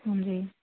ਹਾਂਜੀ